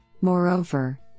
Moreover